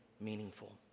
meaningful